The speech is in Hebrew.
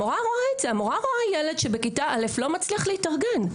המורה רואה ילד שבכיתה א' לא מצליח להתארגן.